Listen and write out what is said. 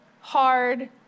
hard